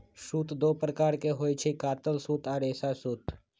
सूत दो प्रकार के होई छई, कातल सूत आ रेशा सूत